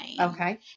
Okay